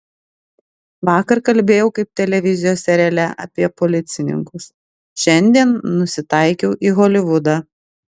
vakar kalbėjau kaip televizijos seriale apie policininkus šiandien nusitaikiau į holivudą